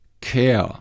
care